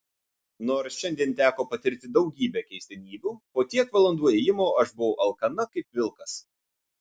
nors šiandien teko patirti daugybę keistenybių po tiek valandų ėjimo aš buvau alkana kaip vilkas